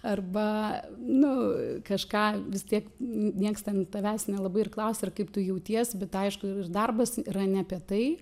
arba nu kažką vis tiek nieks ten tavęs nelabai ir klausia ir kaip tu jauties bet aišku ir darbas yra ne apie tai